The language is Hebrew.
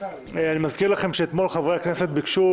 אני מזכיר לכם שאתמול חברי הכנסת ביקשו